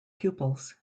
pupils